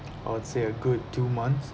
I would say a good two months